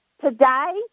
today